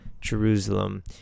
jerusalem